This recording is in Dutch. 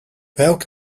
welk